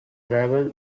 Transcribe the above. travel